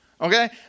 Okay